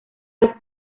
los